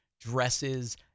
dresses